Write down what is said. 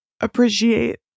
appreciate